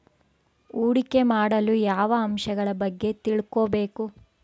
ಹೂಡಿಕೆ ಮಾಡಲು ಯಾವ ಅಂಶಗಳ ಬಗ್ಗೆ ತಿಳ್ಕೊಬೇಕು?